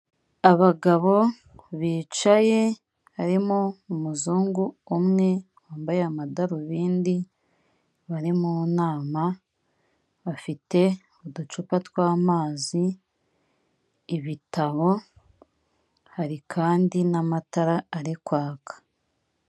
Abagabo bicaye harimo umuzungu umwe wambaye amadarubindi bari mu nama bafite uducupa tw'amazi ibitabo hari kandi n'amatara ari kwaka.